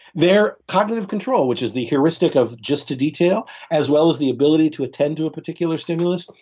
their cognitive control which is the heuristic of just the detail as well as the ability to attend to a particular stimulus,